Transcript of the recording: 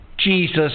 Jesus